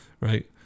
Right